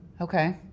Okay